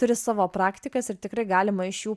turi savo praktikas ir tikrai galima iš jų